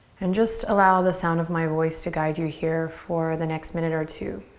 and just allow the sound of my voice to guide you here for the next minute or two.